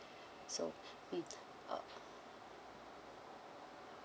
so mm uh